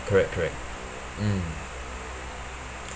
correct correct mm